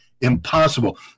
Impossible